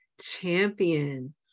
champion